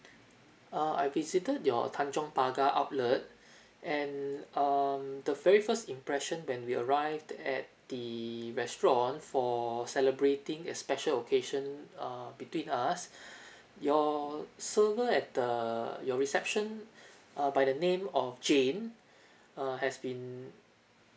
uh I visited your tanjong pagar outlet and um the very first impression when we arrived at the restaurant for celebrating a special occasion uh between us your sever at the your reception uh by the name of jane uh has been